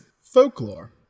folklore